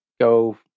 go